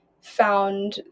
found